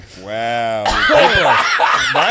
Wow